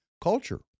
culture